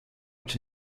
czy